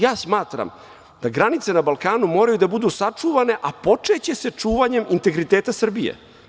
Ja smatram da granice na Balkanu moraju da budu sačuvane, a počeće sa čuvanjem integriteta Srbije.